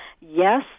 yes